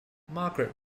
margaret